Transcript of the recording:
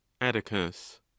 atticus